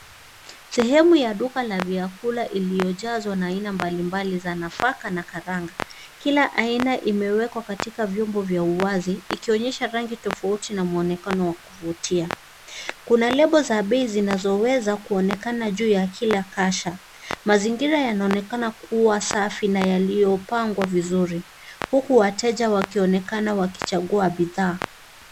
Sehemu ya duka la vyakula iliyojazwa na aina mbalimbali za nafaka na karanga. Kila aina imewekwa katika vyombo vya uwazi, ikionyesha rangi tofauti na mwonekano wa kuvutia. Kuna lebo za bei zinazoweza kuonekana juu ya kila kasha. Mazingira yanaonekana kuwa safi na yaliyopangwa vizuri, huku wateja wakionekana wakichagua bidhaa.